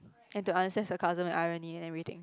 and to understand sarcasm and irony and everything